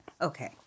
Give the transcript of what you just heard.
Okay